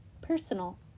personal